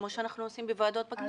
כמו שאנחנו עושים בוועדות בכנסת.